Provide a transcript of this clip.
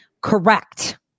correct